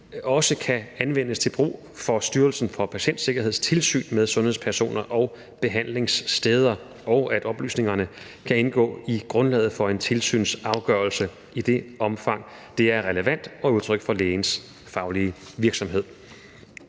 også kan anvendes til brug for Styrelsen for Patientsikkerheds tilsyn med sundhedspersoner og behandlingssteder, og at oplysningerne kan indgå i grundlaget for en tilsynsafgørelse i det omfang, det er relevant og udtryk for lægens faglige virksomhed.